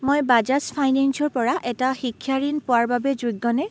মই বাজাজ ফাইনেন্সৰপৰা এটা শিক্ষা ঋণ পোৱাৰ বাবে যোগ্যনে